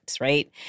right